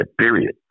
period